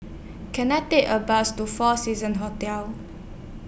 Can I Take A Bus to four Seasons Hotel